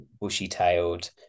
bushy-tailed